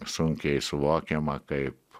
sunkiai suvokiama kaip